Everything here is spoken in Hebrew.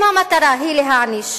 אם המטרה היא להעניש,